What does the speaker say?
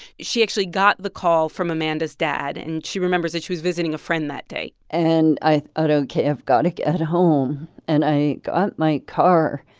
she actually got the call from amanda's dad. and she remembers that she was visiting a friend that day and i thought, ok, i've got to get home. and i got my car.